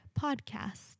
podcast